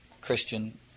Christian